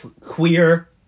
Queer